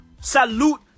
Salute